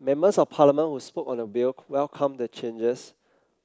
members of Parliament who spoke on the bill welcomed the changes